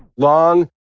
long.